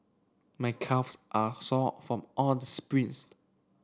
my calves are sore from all the sprints